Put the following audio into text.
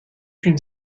une